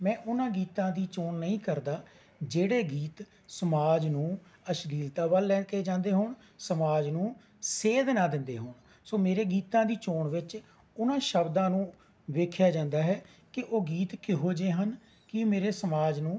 ਮੈਂ ਉਨ੍ਹਾਂ ਦੀ ਗੀਤਾਂ ਦੀ ਚੋਣ ਨਹੀਂ ਕਰਦਾ ਜਿਹੜੇ ਗੀਤ ਸਮਾਜ ਨੂੰ ਅਸ਼ਲੀਲਤਾ ਵੱਲ ਲੈ ਕੇ ਜਾਂਦੇ ਹੋਣ ਸਮਾਜ ਨੂੰ ਸੇਧ ਨਾ ਦਿੰਦੇ ਹੋਣ ਸਗੋਂ ਮੇਰੇ ਗੀਤਾਂ ਦੀ ਚੋਣ ਵਿੱਚ ਉਨ੍ਹਾਂ ਸ਼ਬਦਾਂ ਨੂੰ ਵੇਖਿਆ ਜਾਂਦਾ ਹੈ ਕਿ ਉਹ ਗੀਤ ਕਿਹੋ ਜਿਹੇ ਹਨ ਕਿ ਮੇਰੇ ਸਮਾਜ ਨੂੰ